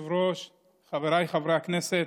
חבריי חברי הכנסת,